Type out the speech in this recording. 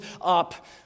up